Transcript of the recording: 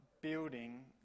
building